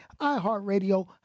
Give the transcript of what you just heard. iHeartRadio